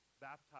baptized